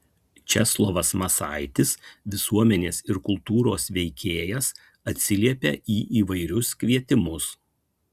česlovas masaitis visuomenės ir kultūros veikėjas atsiliepia į įvairius kvietimus